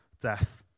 death